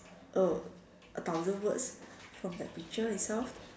a thousand words from the picture itself